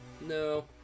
No